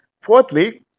Fourthly